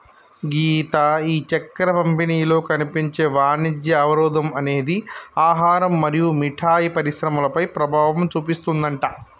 గీత ఈ చక్కెర పంపిణీలో కనిపించే వాణిజ్య అవరోధం అనేది ఆహారం మరియు మిఠాయి పరిశ్రమలపై ప్రభావం చూపిస్తుందట